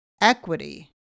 equity